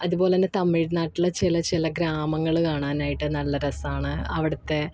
അതുപോലെ തന്നെ തമിഴ്നാട്ടിലെ ചില ചില ഗ്രാമങ്ങള് കാണാനായിട്ട് നല്ല രസമാണ് അവിടത്തെ